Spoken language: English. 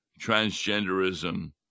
transgenderism